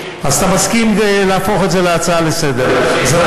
אז אתה מסכים להפוך את זה להצעה לסדר-היום?